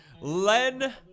len